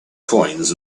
coins